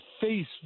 face